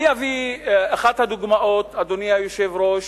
אני אביא אחת הדוגמאות, אדוני היושב-ראש,